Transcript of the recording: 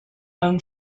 own